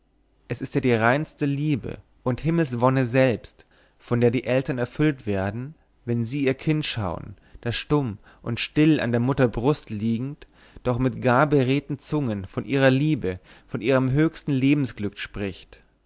es ist ja die reinste liebe und himmelswonne selbst von der die eltern erfüllt werden wenn sie ihr kind schauen das stumm und still an der mutter brust liegend doch mit gar beredten zungen von ihrer liebe von ihrem höchsten lebensglück spricht